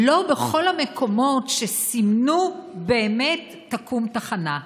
לא בכל המקומות שסימנו באמת תקום תחנה.